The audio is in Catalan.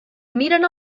miren